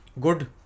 Good